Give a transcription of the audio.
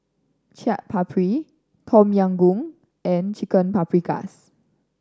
Chaat Papri Tom Yam Goong and Chicken Paprikas